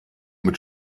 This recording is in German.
mit